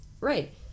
right